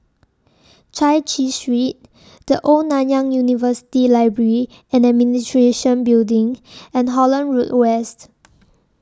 Chai Chee Street The Old Nanyang University Library and Administration Building and Holland Road West